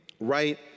right